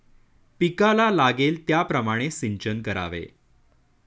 पिकाला लागेल त्याप्रमाणे सिंचन करावे